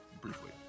briefly